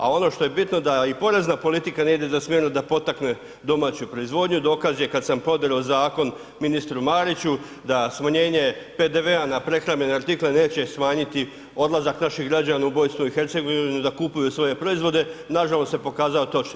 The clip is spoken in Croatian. A ono što je bitno da i porezna politika ne ide u smjeru da potakne domaću proizvodnju, dokaz je kada sam podero zakon ministru Mariću da smanjenje PDV-a na prehrambene artikle neće smanjiti odlazak naših građana u BiH da kupuju svoje proizvode, nažalost se pokazao točnim.